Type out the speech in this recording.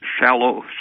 shallow